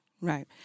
Right